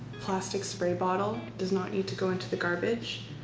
plastic spray bottle does not need to go into the garbage.